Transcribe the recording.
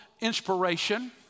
inspiration